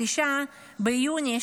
ב-9 ביוני,